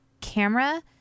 camera